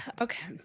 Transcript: okay